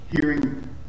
Hearing